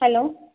hello